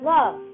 Love